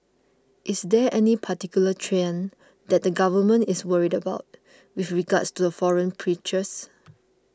is there any particular trend that the Government is worried about with regards to the foreign preachers